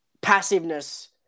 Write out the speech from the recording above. passiveness